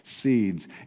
seeds